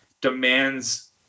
demands